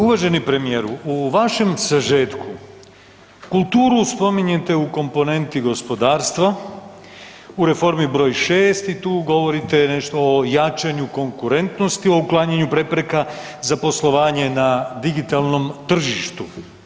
Uvaženi premijeru u vašem sažetku kulturu spominjete u komponenti gospodarstva u reformi broj 6 i tu govorite nešto o jačanju konkurentnosti, o uklanjanju prepreka za poslovanje na digitalnom tržištu.